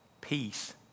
peace